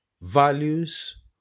values